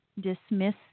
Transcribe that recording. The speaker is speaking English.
dismiss